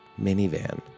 minivan